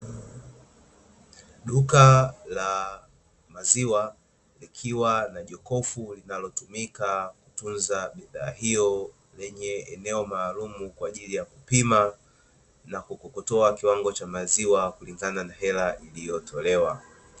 Duka la maziwa likiwa na jokofu linalotumika kutunza bidhaa hiyo, lenye eneo maalumu kwa ajili ya kupima na kukokotoa kiwango cha mazima kulingana na hela iliyotolewa.